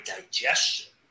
digestion